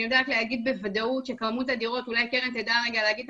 אני יודעת להגיד בוודאות שכמותה דירות ואולי קרן תדע להגיד את